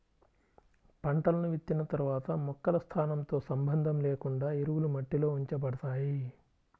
పంటలను విత్తిన తర్వాత మొక్కల స్థానంతో సంబంధం లేకుండా ఎరువులు మట్టిలో ఉంచబడతాయి